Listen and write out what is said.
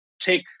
take